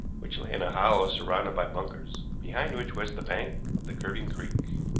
which lay in a hollow surrounded by bunkers, behind which was the bank of the curving creek.